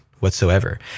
Whatsoever